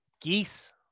geese